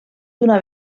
d’una